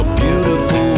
beautiful